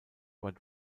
wide